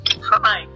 Hi